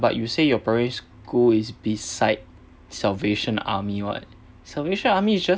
but you say your primary school is beside salvation army [what] salvation army is just